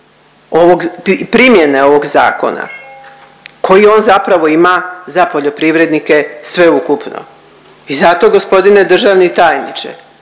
primjene ovog zakona koji on zapravo ima za poljoprivrednike sveukupno. I zato gospodine državni tajniče